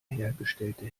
hergestellte